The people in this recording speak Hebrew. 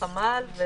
חמ"ל,